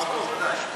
מהמקום, בוודאי.